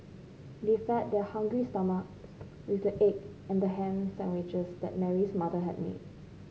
they fed their hungry stomachs with the egg and ham sandwiches that Mary's mother had made